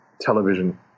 television